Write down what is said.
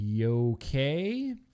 Okay